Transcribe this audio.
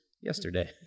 yesterday